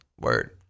Word